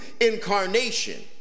incarnation